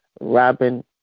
Robin